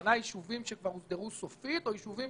הכוונה ליישובים שהוסדרו סופית או ליישובים